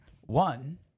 One